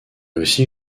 aussi